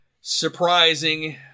surprising